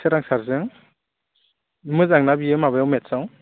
सोरां सारजों मोजांना बियो माबायाव मेथ्सआव